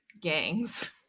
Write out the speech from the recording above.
gangs